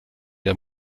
der